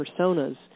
personas